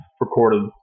recorded